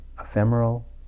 ephemeral